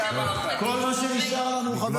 יש חוק למאבק בטרור, תגישו כתבי אישום.